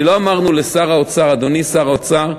שלא אמרנו לשר האוצר: אדוני שר האוצר,